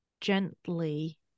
gently